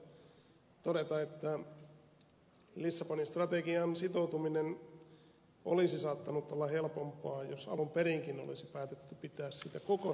karjulalle todeta että lissabonin strategiaan sitoutuminen olisi saattanut olla helpompaa jos alun perinkin olisi päätetty pitää siitä koko strategiasta kiinni